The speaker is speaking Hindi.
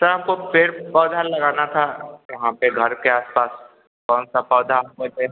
सर हमको पेड़ पौधा लगाना था वहाँ पर घर के आसपास कौनसा पौधा